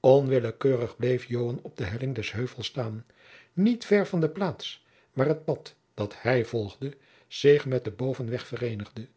onwillekeurig bleef joan op de helling des heuvels staan niet ver van de plaats waar het pad dat hij volgde zich met den bovenweg vereenigde